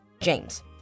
James